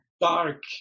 dark